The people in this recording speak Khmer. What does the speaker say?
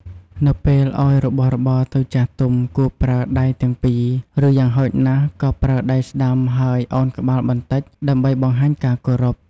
នៅពេលឲ្យរបស់របរទៅចាស់ទុំ គួរប្រើ ដៃទាំងពីរ ឬយ៉ាងហោចណាស់ក៏ប្រើ ដៃស្តាំ ហើយ ឱនក្បាលបន្តិច ដើម្បីបង្ហាញការគោរព។